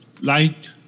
Light